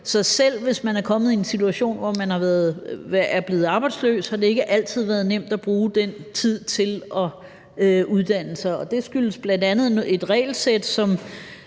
Så selv hvis man er kommet i en situation, hvor man er blevet arbejdsløs, har det ikke altid været nemt at bruge den tid til at uddanne sig, og det skyldes bl.a. et regelsæt, som